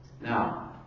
Now